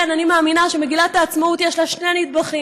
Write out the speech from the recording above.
כן, אני מאמינה שמגילת העצמאות, יש לה שני נדבכים.